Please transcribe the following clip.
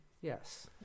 Yes